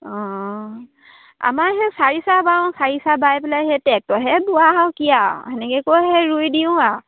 অঁ আমাৰ সেই চাৰি চাহ বাওঁ চাৰি চাহ বাই পেলাই সেই টেক্টৰেহে বোৱা আৰু কি আৰু তেনেকৈয়ে সেই ৰুই দিওঁ আৰু